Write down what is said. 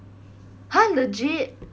!huh! legit